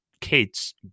kids